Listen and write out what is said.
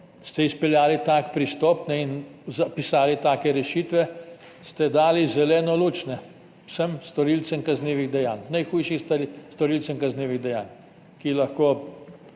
ste izpeljali tak pristop in zapisali take rešitve, ste dali zeleno luč vsem storilcem kaznivih dejanj, storilcem najhujših kaznivih dejanj, ki lahko,